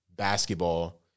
basketball